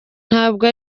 ntabwo